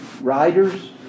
riders